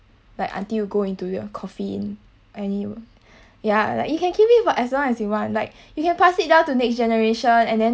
like until you go into your coffin I know ya like you can keep it for as long as you want like you can pass it down to the next generation and then